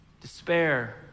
despair